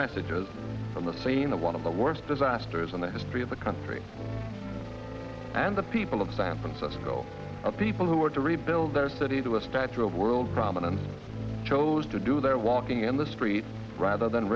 messages on the scene of one of the worst disasters in the history of the country and the people of san francisco are people who were to rebuild their city to a statue of world prominence chose to do their walking in the streets rather than